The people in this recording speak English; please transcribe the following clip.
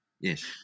Yes